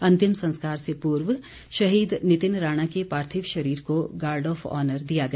अंतिम संस्कार से पूर्व शहीद नितिन राणा के पार्थिव शरीर को गार्ड ऑफ ऑनर दिया गया